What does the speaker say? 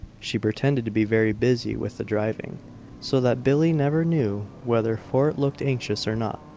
she pretended to be very busy with the driving so that billie never knew whether fort looked anxious or not.